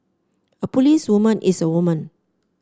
a policewoman is a woman